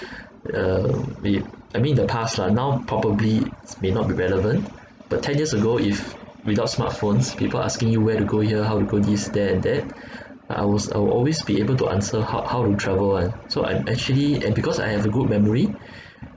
uh we I mean in the past lah now probably may not be relevant but ten years ago if without smartphones people asking you where to go here how to go this there and that I was I'll always be able to answer how how to travel [one] so I'm actually and because I have a good memory